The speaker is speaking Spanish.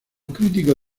crítico